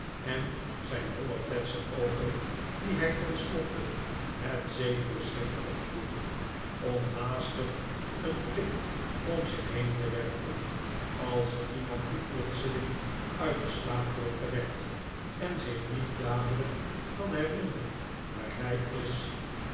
en zijn nolle fletse oogen die hij tenslotte met zekeren schrik opsloeg om haastig een blik om zich heen te werpen als iemand die plotseling uit den slaap wordt gewekt en zich niet dadelyk kan herinneren waar hij is